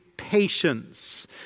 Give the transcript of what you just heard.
Patience